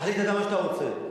תחליט מה שאתה רוצה.